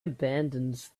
abandons